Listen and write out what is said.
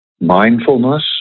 Mindfulness